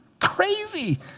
Crazy